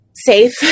safe